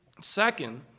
Second